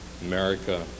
America